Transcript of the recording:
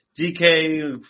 DK